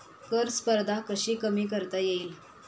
कर स्पर्धा कशी कमी करता येईल?